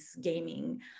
gaming